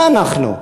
מה אנחנו?